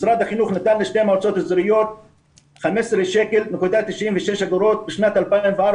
משרד החינוך נתן לשתי המועצות האזוריות 15.96 שקלים בשנת 2004,